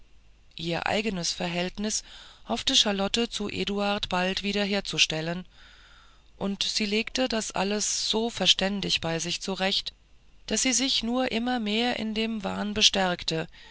ihr eigenes verhältnis hoffte charlotte zu eduard bald wiederherzustellen und sie legte das alles so verständig bei sich zurecht daß sie sich nur immer mehr in dem wahn bestärkte